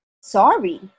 sorry